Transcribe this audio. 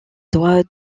droits